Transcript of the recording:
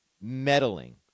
meddling